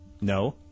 No